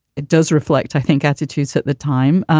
it does reflect, i think, attitudes. at the time,